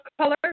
color